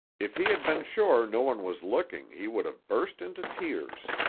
if he had been sure no one was looking, he would have burst into tears.